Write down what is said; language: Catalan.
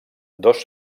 dos